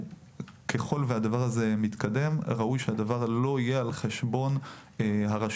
ככל שהדבר הזה יתקדם ראוי שהדבר לא יבוא על חשבון הרשויות